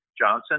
Johnson